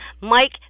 Mike